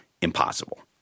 impossible